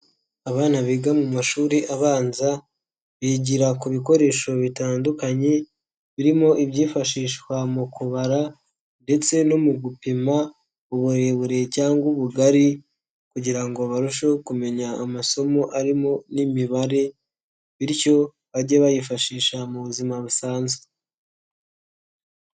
Abana biga mu mashuri abanza bigira ku bikoresho bitandukanye birimo ibyifashishwa mu kubara ndetse no mu gupima uburebure cyangwa ubugari kugira ngo barusheho kumenya amasomo arimo n'imibare bityo bajye bayifashisha mu buzima busanzwe.